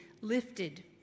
lifted